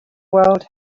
world